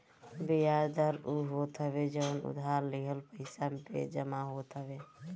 बियाज दर उ होत हवे जवन उधार लिहल पईसा पे जमा होत हवे